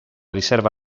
riserva